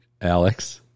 Alex